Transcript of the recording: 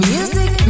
Music